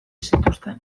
zituzten